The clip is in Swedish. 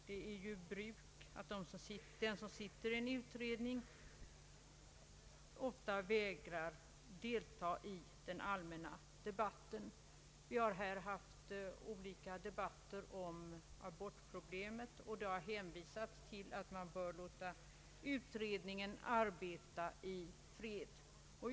Det är ju vanligt att den som sitter i en utredning vägrar att delta i den allmänna debatten. Vi har haft olika debatter om abortproblemet, och det har då sagts att man bör låta utredningen arbeta i fred.